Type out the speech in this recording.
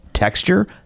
Texture